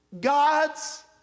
God's